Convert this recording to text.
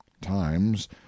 times